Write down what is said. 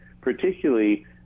Particularly